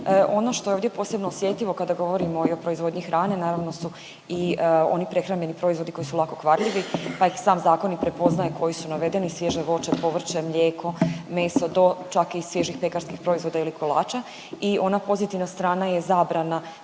Ono što je ovdje posebno osjetljivo kada govorimo i o proizvodnji hrane, naravno su i oni prehrambeni proizvodi koji su lako kvarljivi, pa ih sam zakon i prepoznaje koji su navedeni svježe voće, povrće, mlijeko, meso do čak i svježih pekarskih proizvoda ili kolača i ona pozitivna strana je zabrana